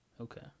Okay